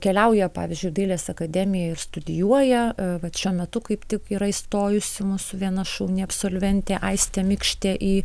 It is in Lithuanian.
keliauja pavyzdžiui į dailės akademiją ir studijuoja vat šiuo metu kaip tik yra įstojusi mūsų viena šauni absolventė aistė mikštė